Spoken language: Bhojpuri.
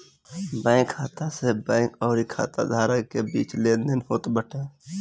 बैंक खाता से बैंक अउरी खाता धारक के बीच लेनदेन होत बाटे